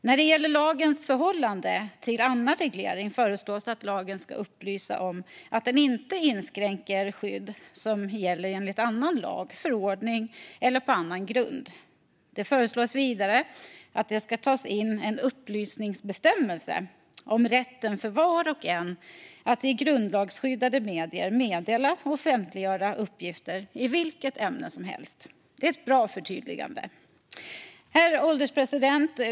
När det gäller lagens förhållande till annan reglering föreslås att lagen ska upplysa om att den inte inskränker skydd som gäller enligt annan lag eller förordning eller på annan grund. Det föreslås vidare att det ska tas in en upplysningsbestämmelse om rätten för var och en att i grundlagsskyddade medier meddela och offentliggöra uppgifter i vilket ämne som helst. Det är ett bra förtydligande. Herr ålderspresident!